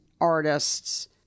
artists